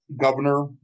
governor